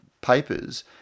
papers